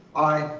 aye.